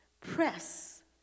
press